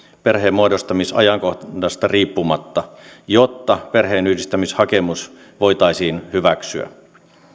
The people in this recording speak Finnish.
perheenmuodostamisajankohdasta riippumatta jotta perheenyhdistämishakemus voitaisiin hyväksyä